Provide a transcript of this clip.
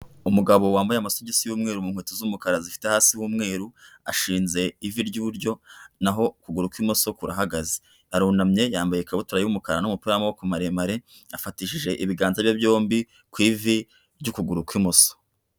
Umugabo wambaye amasogisi y'umweru mu nkweto z'umukara zifite hasi w'umweru ashinze ivi ry'iuburyo n'aho ukuguru kw'imoso kurahagaze, arunamye yambaye ikabutura y'umukara n'umupira w'amaboko maremare, afatishije ibiganza bye byombi ku ivi ry'ukuguru kw'imoso.